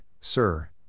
Sir